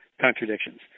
contradictions